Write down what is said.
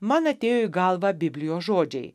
man atėjo į galvą biblijos žodžiai